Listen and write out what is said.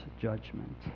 judgment